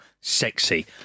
sexy